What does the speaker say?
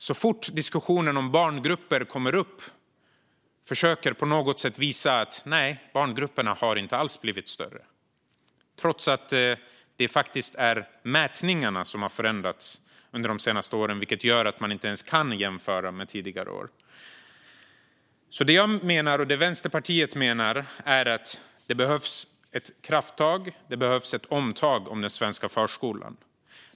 Så fort diskussionen om barngrupper kommer upp försöker vi visa att barngrupperna inte alls har blivit större, trots att det faktiskt är mätningarna som har förändrats under senaste åren, vilket gör att man inte ens kan jämföra med tidigare år. Det jag och Vänsterpartiet menar är att det behövs ett krafttag och ett omtag om den svenska förskolan.